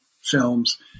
films